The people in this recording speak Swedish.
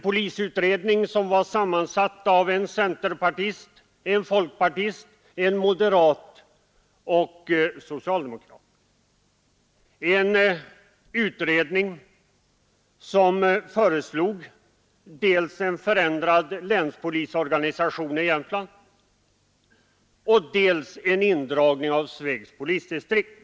Denna utredning var sammansatt av bl.a. en centerpartist, en folkpartist, en moderat och en socialdemokrat. Den föreslog dels en förändrad länspolisorganisation i Jämtland, dels en indragning av Svegs polisdistrikt.